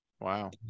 Wow